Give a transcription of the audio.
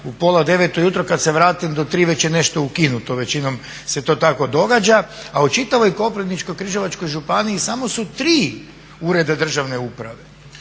u pola devet ujutro i kad se vratim do tri već je nešto ukinuto. Većinom se to tako događa. A u čitavoj Koprivničko-križevačkoj županiji samo su tri ureda državne uprave